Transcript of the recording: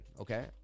okay